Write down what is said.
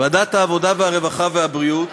ועדת העבודה, הרווחה והבריאות